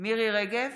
מירי מרים רגב,